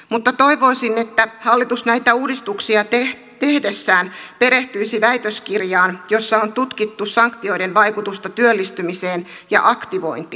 mutta toivoisin että hallitus näitä uudistuksia tehdessään perehtyisi väitöskirjaan jossa on tutkittu sanktioiden vaikutusta työllistymiseen ja aktivointiin